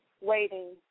waiting